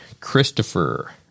Christopher